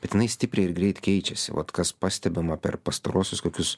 bet jinai stipriai ir greit keičiasi vat kas pastebima per pastaruosius kokius